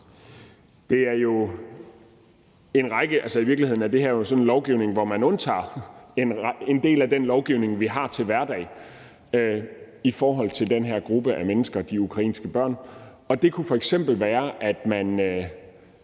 ude lokalt. I virkeligheden er det her jo sådan en lovgivning, som undtager en del af den lovgivning, som vi har til hverdag, i forhold til den her gruppe af mennesker og de ukrainske børn. Det kan f.eks. være, at der